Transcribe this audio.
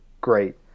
great